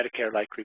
Medicare-like